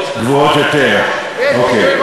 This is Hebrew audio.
אוקיי,